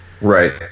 Right